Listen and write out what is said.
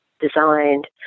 designed